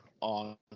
on